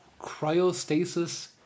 Cryostasis